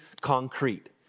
concrete